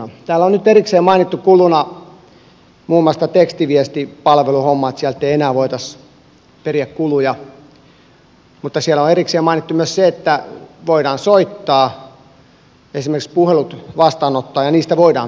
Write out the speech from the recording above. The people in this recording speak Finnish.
täällä on nyt erikseen mainittu kuluna muun muassa tämä tekstiviestipalveluhomma ettei sieltä enää voitaisi periä kuluja mutta siellä on erikseen mainittu myös se että voidaan soittaa esimerkiksi puhelut vastaanottaa ja niistä voidaan periä kulua